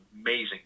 amazing